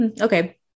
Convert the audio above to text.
Okay